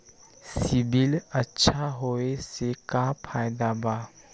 CIBIL अच्छा होऐ से का फायदा बा?